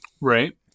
Right